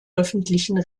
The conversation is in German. öffentlichen